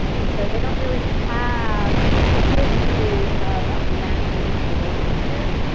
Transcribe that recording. and so they don't really have a history of a management relationship.